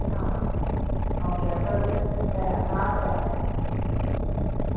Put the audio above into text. ആ ഓക്കെ അപ്പോൾ അത് തരാം നാളെ തരാം